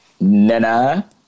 Nana